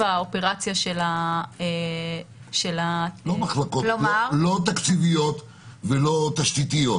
האופרציה של- -- לא תקציביות ולא תשתיתיות